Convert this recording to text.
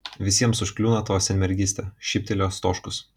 visiems užkliūna tavo senmergystė šyptelėjo stoškus